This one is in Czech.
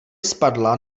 spadla